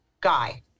guy